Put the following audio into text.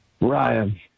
Ryan